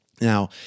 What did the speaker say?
Now